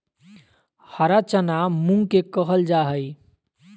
हरा चना मूंग के कहल जा हई